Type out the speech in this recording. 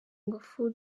ingufu